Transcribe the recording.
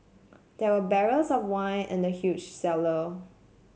there were barrels of wine in the huge cellar